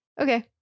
okay